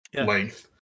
length